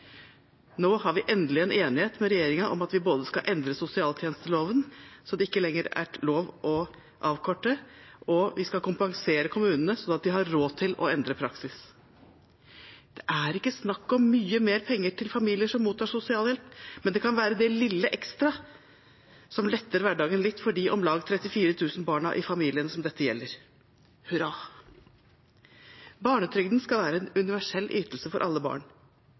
Nå har vi endelig en enighet med regjeringen både om at vi skal endre sosialtjenesteloven, så det ikke lenger er lov å avkorte, og om at vi skal kompensere kommunene, sånn at de har råd til å endre praksis. Det er ikke snakk om mye mer penger til familier som mottar sosialhjelp, men det kan være det lille ekstra som letter hverdagen litt for de om lag 34 000 barna i familiene som dette gjelder. Hurra! Barnetrygden skal være en universell ytelse for alle barn.